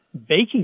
baking